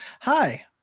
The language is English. hi